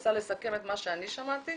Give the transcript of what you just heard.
מנסה לסכם את מה שאני שמעתי,